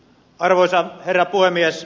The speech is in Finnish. arvoisa herra puhemies